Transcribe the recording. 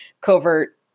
covert